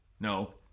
No